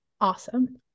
awesome